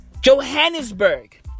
Johannesburg